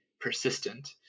persistent